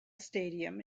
stadium